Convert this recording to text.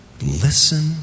listen